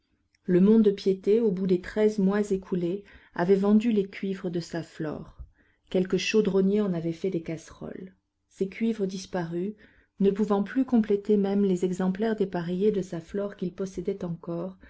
le mont-de-piété au bout des treize mois écoulés avait vendu les cuivres de sa flore quelque chaudronnier en avait fait des casseroles ses cuivres disparus ne pouvant plus compléter même les exemplaires dépareillés de sa flore qu'il possédait encore